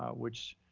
ah which